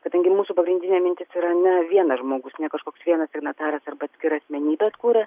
kadangi mūsų pagrindinė mintis yra ne vienas žmogus ne kažkoks vienas signataras arba atskira asmenybė kuria